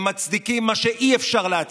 הם מצדיקים מה שאי-אפשר להצדיק,